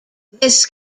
this